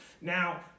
Now